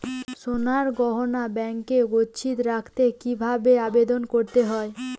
সোনার গহনা ব্যাংকে গচ্ছিত রাখতে কি ভাবে আবেদন করতে হয়?